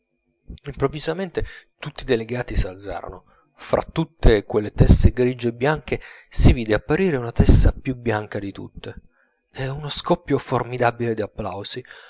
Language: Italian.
improvvisamente tutti i delegati s'alzarono fra tutte quelle teste grigie e bianche si vide apparire una testa più bianca di tutte e uno scoppio formidabile dapplausi uno di quegli applausi